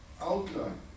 outline